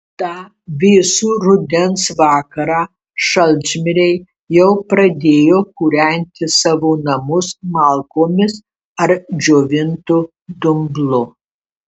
tą vėsų rudens vakarą šalčmiriai jau pradėjo kūrenti savo namus malkomis ar džiovintu dumblu